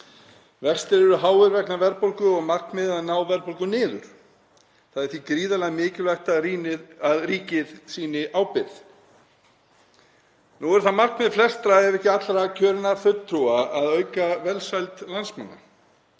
Vextir eru háir vegna verðbólgu og markmiðið er að ná verðbólgu niður. Því er gríðarlega mikilvægt að ríkið sýni ábyrgð. Nú er það markmið flestra ef ekki allra kjörinna fulltrúa að auka velsæld landsmanna